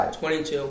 22